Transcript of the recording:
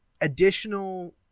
additional